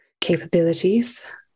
capabilities